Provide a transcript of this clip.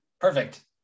Perfect